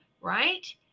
right